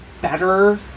better